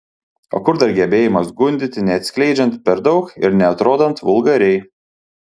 o kur dar gebėjimas gundyti neatskleidžiant per daug ir neatrodant vulgariai